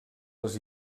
les